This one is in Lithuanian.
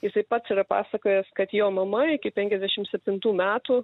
jisai pats yra pasakojęs kad jo mama iki penkiasdešim septintų metų